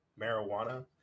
marijuana